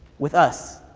with us.